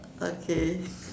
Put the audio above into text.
okay